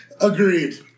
Agreed